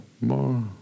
more